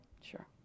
Sure